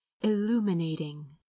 illuminating